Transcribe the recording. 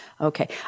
Okay